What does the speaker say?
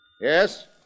Yes